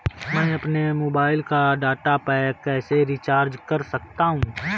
मैं अपने मोबाइल का डाटा पैक कैसे रीचार्ज कर सकता हूँ?